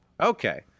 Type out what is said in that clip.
Okay